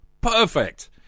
Perfect